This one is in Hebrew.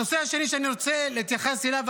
הנושא השני שאני רוצה להתייחס אליו,